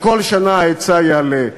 וכל שנה ההיצע יעלה,